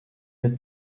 mir